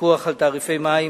פיקוח על תעריפי מים),